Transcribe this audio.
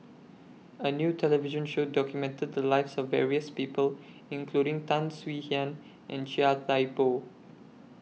A New television Show documented The Lives of various People including Tan Swie Hian and Chia Thye Poh